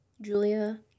Julia